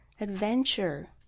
adventure